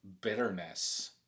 bitterness